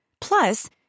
Plus